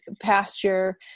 pasture